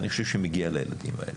אני חושב שמגיע לילדים האלה.